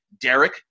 Derek